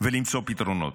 ולמצוא פתרונות.